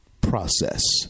process